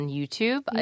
YouTube